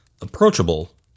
approachable